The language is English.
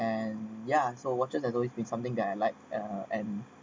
and ya so watching that always been something that I like and and